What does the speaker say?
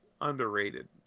Underrated